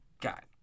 got